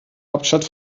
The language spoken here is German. hauptstadt